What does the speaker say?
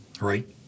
right